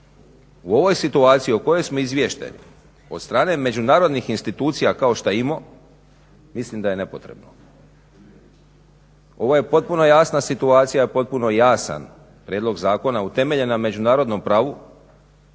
u ovoj situaciji o kojoj smo izvješteni od strane međunarodnih institucija kao što je IMO mislim da je nepotrebno. Ovo je potpuno jasna situacija i potpuno jasan prijedlog zakona utemeljen na međunarodnom pravu